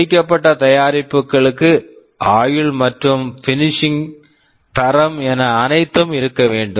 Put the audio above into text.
முடிக்கப்பட்ட தயாரிப்புகளுக்கு ஆயுள் மற்றும் பினிஷிங் finishing தரம் என அனைத்தும் இருக்க வேண்டும்